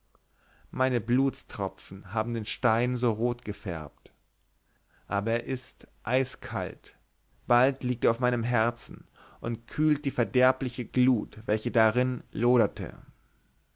meine blutstropfen haben den stein so rot gefärbt aber er ist eiskalt bald liegt er auf meinem herzen und kühlt die verderbliche glut welche darin loderte